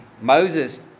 moses